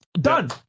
done